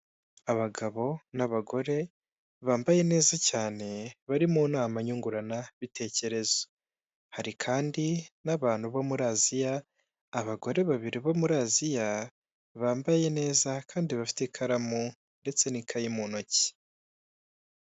Abagabo, n'abagore, bambaye neza cyane, bari mu nama nyunguranabitekerezo, hari kandi n'abantu bo muri Aziya, abagore babiri bo muri Aziya, bambaye neza, kandi bafite ikaramu, ndetse n'ikayi mu ntoki.